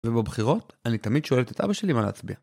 ובבחירות אני תמיד שואלת את אבא שלי מה להצביע.